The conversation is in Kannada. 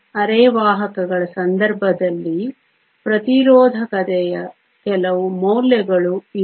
ಅರೆವಾಹಕಗಳ ಸಂದರ್ಭದಲ್ಲಿ ಪ್ರತಿರೋಧಕತೆಯ ಕೆಲವು ಮೌಲ್ಯಗಳು ಇವು